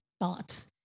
thoughts